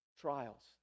Trials